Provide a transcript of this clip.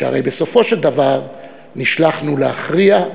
שהרי בסופו של דבר נשלחנו להכריע,